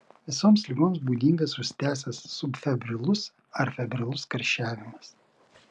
visoms ligoms būdingas užsitęsęs subfebrilus ar febrilus karščiavimas